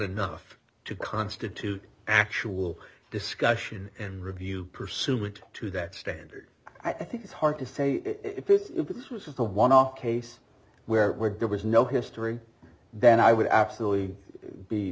enough to constitute actual discussion and review pursued to that standard i think it's hard to say if if this was just a one off case where we're there was no history then i would absolutely be